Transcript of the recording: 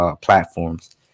platforms